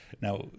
now